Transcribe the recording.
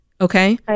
okay